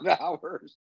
hours